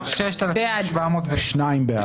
אחד פה